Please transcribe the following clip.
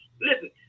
Listen